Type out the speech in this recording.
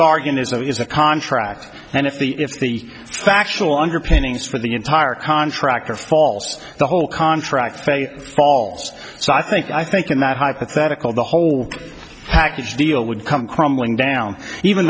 bargain is that is a contract and if the if the actual underpinnings for the entire contract are false the whole contract falls so i think i think in that hypothetical the whole package deal would come crumbling down even